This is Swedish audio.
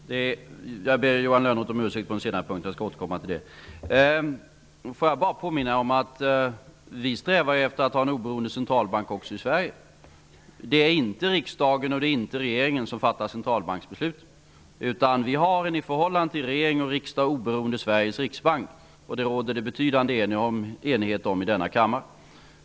Fru talman! Jag ber Johan Lönnroth om ursäkt på den senare punkten. Jag ber att få återkomma till frågan. Jag vill bara påminna om att vi strävar efter att ha en oberoende centralbank också i Sverige. Det är inte riksdagen och inte regeringen som fattar centralbanksbeslutet, utan vi har en i förhållande till regering och riksdag oberoende Sveriges Riksbank om vilken det råder en betydande enighet i denna kammare.